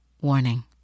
Warning